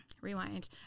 rewind